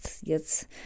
jetzt